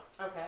Okay